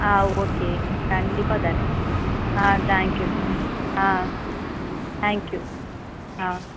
ஆ okay கண்டிப்பாக தரேன் ஆ தேங்க் யூ ஆ தேங்க் யூ ஆ